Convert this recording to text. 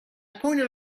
pointed